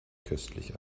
köstlich